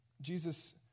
Jesus